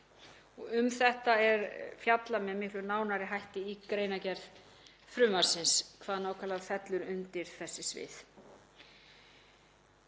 Um þetta er fjallað með miklu nánari hætti í greinargerð frumvarpsins hvað nákvæmlega fellur undir þessi svið.